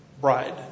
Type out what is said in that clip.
bride